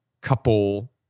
couple